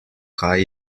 kaj